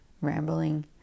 rambling